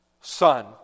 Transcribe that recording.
Son